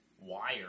wire